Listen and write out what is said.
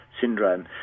syndrome